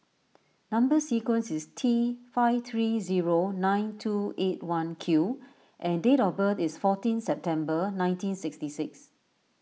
Number Sequence is T five three zero nine two eight one Q and date of birth is fourteen September nineteen sixty six